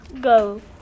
go